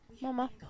Mama